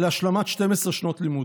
להשלמת 12 שנות לימוד.